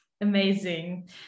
amazing